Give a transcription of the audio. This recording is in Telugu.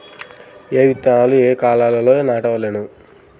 ఏ విత్తనాలు ఏ కాలాలలో నాటవలెను?